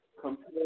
compare